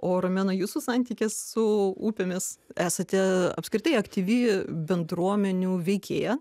o romena jūsų santykis su upėmis esate apskritai aktyvi bendruomenių veikėja